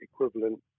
equivalent